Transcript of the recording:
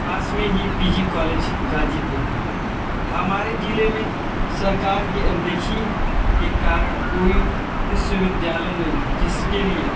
पास में ही P G college Ghazipur है हमारे ज़िले में सरकार की अनदेखी के कारण कोई विश्वविद्यालय नहीं है जिसके लिए